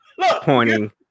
pointing